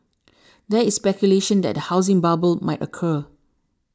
there is speculation that a housing bubble might occur